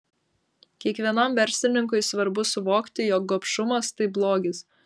kiekvienam verslininkui svarbu suvokti jog gobšumas tai blogis